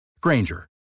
Granger